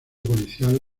policial